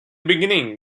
beginning